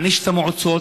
מעניש את המועצות.